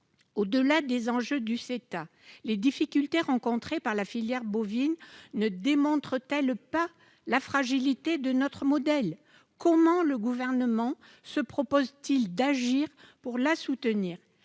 Au-delà des enjeux du CETA, les difficultés rencontrées par la filière bovine ne démontrent-elles pas la fragilité de notre modèle ? Comment le Gouvernement se propose-t-il d'agir pour la soutenir ?